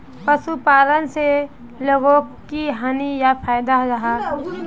पशुपालन से लोगोक की हानि या फायदा जाहा?